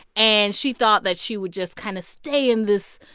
and she thought that she would just kind of stay in this,